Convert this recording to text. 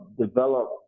develop